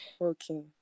Okay